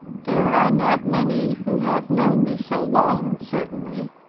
there are not many who have known me so long, certainly.